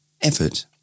Effort